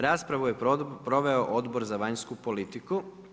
Raspravu je proveo Odbor za vanjsku politiku.